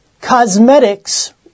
Cosmetics